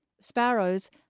Sparrows